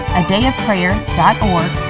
adayofprayer.org